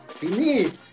beneath